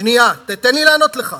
שנייה, תן לי לענות לך.